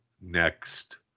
next